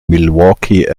milwaukee